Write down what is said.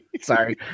Sorry